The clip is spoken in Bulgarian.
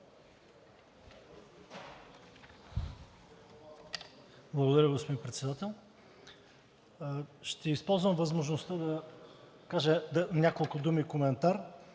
Благодаря, господин Председател. Ще използвам възможността да кажа няколко думи като коментар.